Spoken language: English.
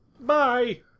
Bye